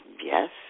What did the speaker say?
yes